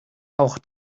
auch